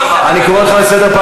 אני קורא אותך לסדר,